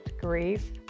grief